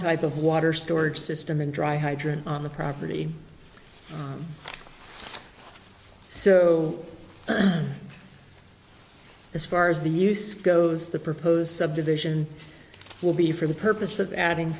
type of water storage system and dry hydrant on the property so as far as the use goes the proposed subdivision will be for the purpose of adding